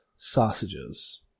Sausages